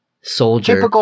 soldier